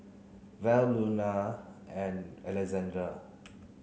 Val Luana and Alexander